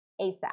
ASAP